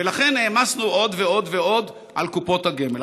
ולכן העמסנו עוד ועוד ועוד על קופות הגמל,